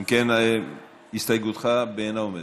אם כן, הסתייגותך בעינה עומדת.